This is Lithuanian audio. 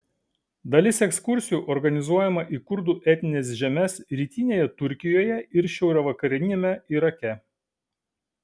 dalis ekskursijų organizuojama į kurdų etnines žemes rytinėje turkijoje ir šiaurvakariniame irake